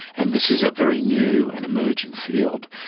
and this is a very new and emerging field.